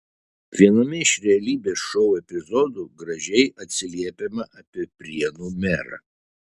viename iš realybės šou epizodų gražiai atsiliepiama apie prienų merą